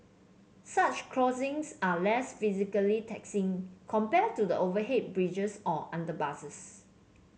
such crossings are less physically taxing compared to the overhead bridges or underpasses